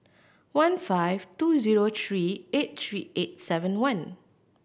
one five two zero three eight three eight seven one